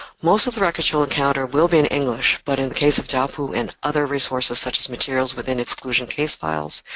most of the records you encounter will be in english, but in the case of jiapu and other resources, such as materials within exclusion case files,